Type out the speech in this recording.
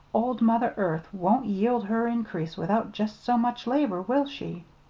old mother earth won't yield her increase without just so much labor, will she?